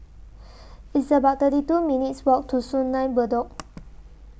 It's about thirty two minutes' Walk to Sungei Bedok